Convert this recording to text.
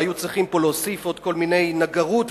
והיה צריך להוסיף נגרות,